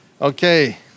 Okay